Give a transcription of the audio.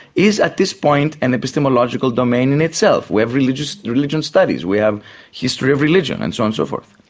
is at this point, an epistemological domain in itself we have religion religion studies, we have history of religion and so on and so forth.